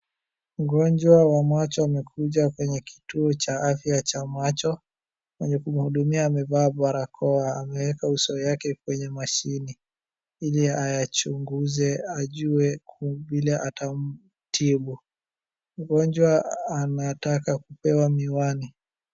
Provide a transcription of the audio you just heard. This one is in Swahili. Mgonjwa wa macho amekuja kwenye kituo cha afya cha macho. Mwenye kumhudumia amevaa barakoa. Ameweka uso yake kwenye mashini ili ayachunguze ajue vile atamtibu. Mgonjwa anataka kupewa miwani.